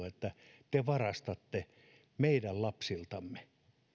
että te varastatte meidän lapsiltamme